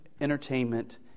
entertainment